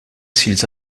s’ils